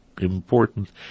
important